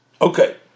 Okay